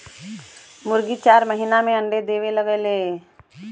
मुरगी चार महिना में अंडा देवे लगेले